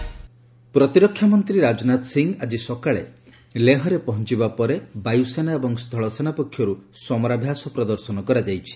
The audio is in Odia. ରାଜନାଥ ସିଂ ଭିଜିଟ୍ ପ୍ରତିରକ୍ଷାମନ୍ତ୍ରୀ ରାଜନାଥ ସିଂ ଆଜି ସକାଳେ ଲେହରେ ପହଞ୍ଚବା ପରେ ବାୟୁସେନା ଏବଂ ସ୍ଥଳସେନା ପକ୍ଷରୁ ସମରାଭ୍ୟାସ ପ୍ରଦର୍ଶନ କରାଯାଇଛି